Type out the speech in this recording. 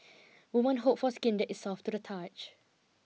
women hope for skin that is soft to the touch